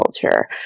culture